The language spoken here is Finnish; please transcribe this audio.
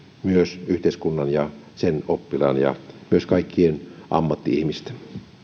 yhteiskunnan ja sen oppilaan ja kaikkien ammatti ihmisten